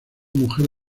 mujer